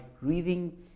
reading